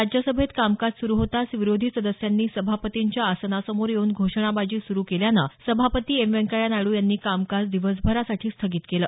राज्यसभेत कामकाज सुरू होताच विरोधी सदस्यांनी सभापतींच्या आसनासमोर येऊन घोषणाबाजी सुरू केल्यानं सभापती एम व्यंकय्या नायडू यांनी कामकाज दिवसभरासाठी स्थगित केलं